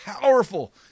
powerful